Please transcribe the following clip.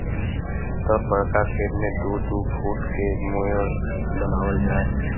तब बड़का खेत मे दू दू फूट के मेड़ बनावल जाए